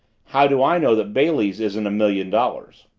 how do i know that bailey's isn't a million dollars?